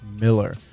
Miller